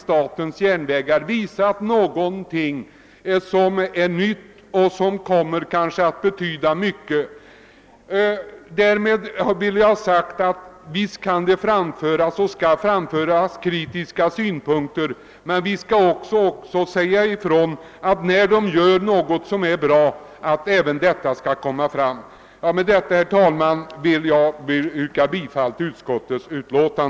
Statens järnvägar har här givit sig in på någonting nytt, som kanske kommer. att få stor betydelse. Visst kan det framföras och skall framföras kritiska synpunkter, men man bör också påpeka när statens järnvägar gör någonting som är bra. Med dessa ord, herr talman, ber jag att få yrka bifall till utskottets hemställan.